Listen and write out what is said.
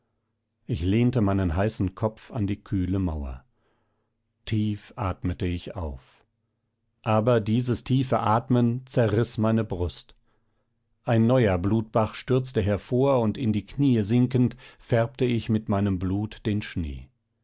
ich lehnte meinen heißen kopf an die kühle mauer tief atmete ich auf aber dieses tiefe atmen zerriß meine brust ein neuer blutbach stürzte hervor und in die knie sinkend färbte ich mit meinem blut den schnee